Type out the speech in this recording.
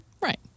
Right